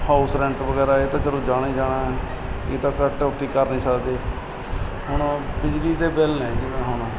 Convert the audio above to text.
house rent ਵਗੈਰਾ ਇਹ ਤਾਂ ਚੱਲੋ ਜਾਣਾ ਹੀ ਜਾਣਾ ਇਹ ਤਾਂ ਕਟੌਤੀ ਕਰ ਨਹੀਂ ਸਕਦੇ ਹੁਣ ਬਿਜਲੀ ਦੇ ਬਿਲ ਨੇ ਜਿਵੇਂ ਹੁਣ